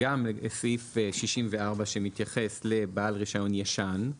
גם סעיף 64 שמתייחס לבעל רישיון ישן,